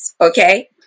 Okay